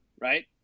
right